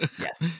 Yes